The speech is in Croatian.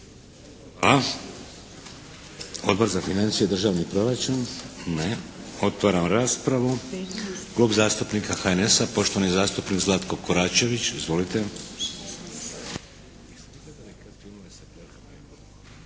Odbor za financije i državni proračun? Ne. Otvaram raspravu. Klub zastupnika HNS-a poštovani zastupnik Zlatko Koračević. Izvolite.